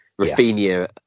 Rafinha